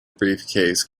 briefcase